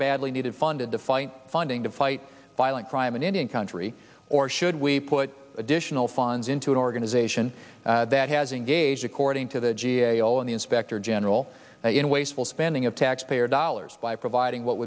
badly needed funding to fight funding to fight violent crime in indian country or should we put additional funds into an organization that has engaged according to the g a o and the inspector general in wasteful spending of taxpayer dollars by providing what